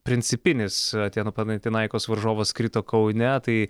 principinis atėnų panatinaikos varžovas krito kaune tai